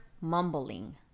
mumbling